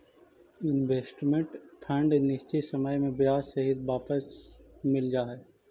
investment fund निश्चित समय में ब्याज सहित वापस मिल जा हई